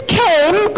came